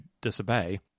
disobey